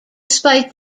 despite